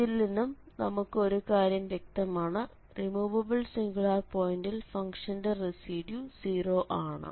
ഇതിൽ നിന്നും നമുക്ക് ഒരു കാര്യം വ്യക്തമാണ് റിമൂവബിൾ സിംഗുലാർ പോയിന്റിൽ ഫംഗ്ഷന്റെ റെസിഡ്യൂ 0 ആണ്